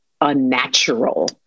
unnatural